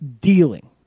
dealing